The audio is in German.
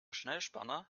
schnellspanner